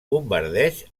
bombardeig